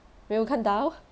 没有看到